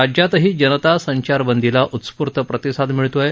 राज्यातही जनता संचारबंदीला उत्स्फूर्त प्रतिसाद मिळत आहे